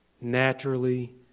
naturally